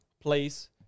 place